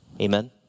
Amen